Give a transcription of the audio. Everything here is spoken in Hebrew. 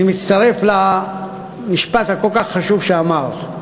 אני מצטרף למשפט הכל-כך חשוב שאמרת,